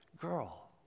girl